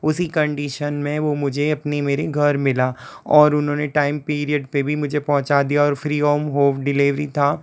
उसी कंडीशन में वो मुझे अपने मेरे घर मिला और उन्होंने टाइम पीरियड पर भी मुझे पहुँचा दिया और फ्री होम होम डिलीवरी था